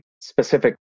specific